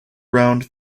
round